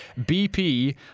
BP